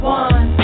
one